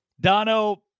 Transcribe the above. Dono